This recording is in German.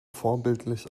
vorbildlich